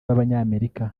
b’abanyamerika